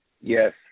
Yes